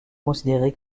considéré